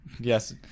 Yes